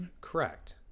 correct